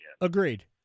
Agreed